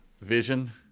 Vision